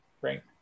right